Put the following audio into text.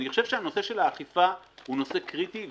אני חושב שהנושא של האכיפה הוא נושא קריטי.